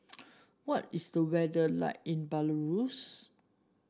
what is the weather like in Belarus